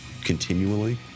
continually